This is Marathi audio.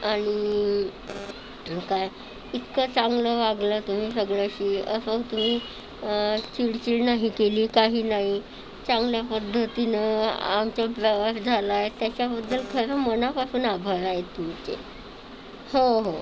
आणि काय इतकं चांगलं वागला तुम्ही सगळ्यांशी असं तुम्ही चिडचिड नाही केली काही नाही चांगल्या पद्धतीनं आमचा प्रवास झाला आहे त्याच्याबद्दल खरं मनापासून आभार आहे तुमचे हो हो